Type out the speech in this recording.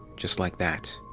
just like that.